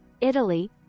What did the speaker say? Italy